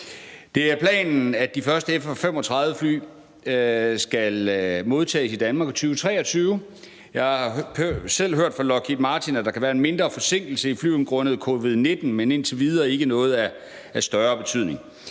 Det er planen, at de første F-35-fly skal modtages i Danmark i 2023. Jeg har selv hørt fra Lockheed Martin, at der kan være en mindre forsinkelse i levering af flyene grundet covid-19, men indtil videre ikke noget af større betydning.